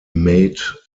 made